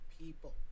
people